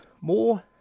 more